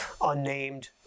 unnamed